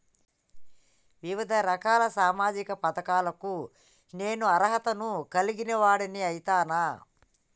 వివిధ రకాల సామాజిక పథకాలకు నేను అర్హత ను కలిగిన వాడిని అయితనా?